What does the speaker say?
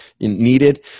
needed